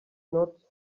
not